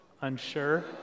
unsure